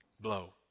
blow